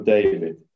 David